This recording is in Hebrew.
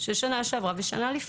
של שנה שעברה ושל השנה לפני?